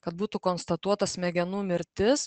kad būtų konstatuota smegenų mirtis